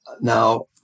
Now